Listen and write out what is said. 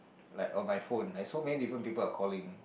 like on my phone like so many different people are calling